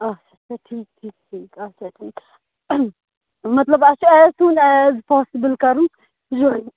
آچھا اچھا ٹھیٖک ٹھیٖک ٹھیٖک اچھا ٹھیٖک مطلب اَسہِ چھِ ایز سوٗن ایز پاسِبُل کَرُن جویِن